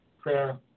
prayer